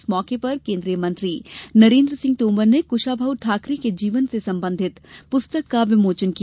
इस मौके पर कोन्द्रीय मंत्री नरेन्द्र सिंह तोमर ने कुशाभाऊ ठाकरे के जीवन से संबंधित पुस्तक का विमोचन किया